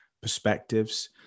perspectives